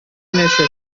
нәрсәсе